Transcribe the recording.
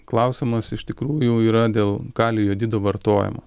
klausimas iš tikrųjų yra dėl kalio jodido vartojimo